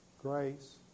grace